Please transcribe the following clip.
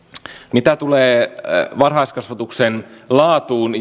mitä tulee varhaiskasvatuksen laatuun